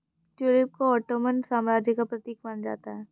tulip को Ottoman साम्राज्य का प्रतीक माना जाता है